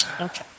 Okay